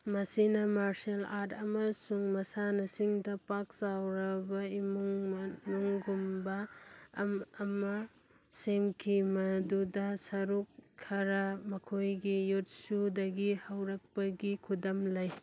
ꯃꯁꯤꯅ martial art ꯑꯃꯁꯨꯡ ꯃꯁꯥꯟꯅꯁꯤꯡꯗ ꯄꯥꯛ ꯆꯥꯎꯔꯕ ꯏꯃꯨꯡ ꯃꯅꯨꯡꯒꯨꯝꯕ ꯑꯃ ꯁꯦꯝꯈꯤ ꯃꯗꯨꯗ ꯁꯔꯨꯛ ꯈꯔ ꯃꯈꯣꯏꯒꯤ ꯌꯨꯠꯁꯨꯗꯒꯤ ꯍꯧꯔꯛꯄꯒꯤ ꯈꯨꯗꯝ ꯂꯩ